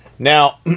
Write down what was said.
Now